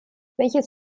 welches